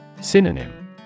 Synonym